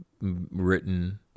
written